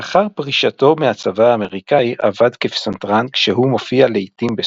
בכרך למד מוזיקה באוניברסיטת מקגיל אצל הלמוט בלום,